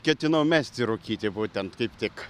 ketinau mesti rūkyti būtent kaip tik